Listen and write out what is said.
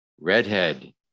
redhead